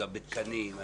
בתקנים.